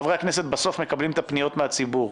חברי הכנסת בסוף מקבלים את הפניות מן הציבור,